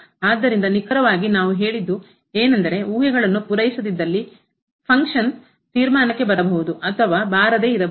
ಆದ್ದರಿಂದ ನಿಖರವಾಗಿ ನಾವು ಹೇಳಿದ್ದು ಏನೆಂದರೆ ಊಹೆಗಳನ್ನು ಪೂರೈಸದಿದ್ದಲ್ಲಿ ಫಂಕ್ಷನ್ ಕಾರ್ಯವು ತೀರ್ಮಾನಕ್ಕೆ ಬರಬಹುದು ಅಥವಾ ಬಾರದೆ ಇರಬಹುದು